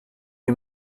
you